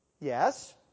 Yes